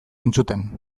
entzuten